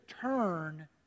turn